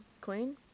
Queen